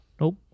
Nope